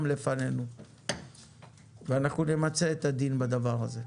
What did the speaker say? לפנינו ואנחנו נמצה את הדין בדבר הזה.